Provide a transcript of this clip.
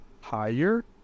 higher